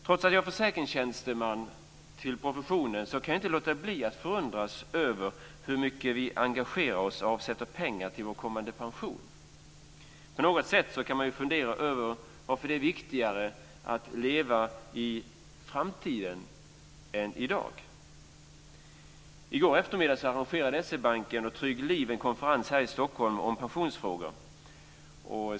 Trots att jag är försäkringstjänsteman till professionen kan jag inte låta bli att förundras över hur mycket vi engagerar oss för och avsätter pengar till våra kommande pensioner. Man kan fundera över varför det är viktigare att leva i framtiden än att göra det i dag. I går eftermiddag arrangerade SEB Trygg Liv en konferens här i Stockholm om pensionsfrågor.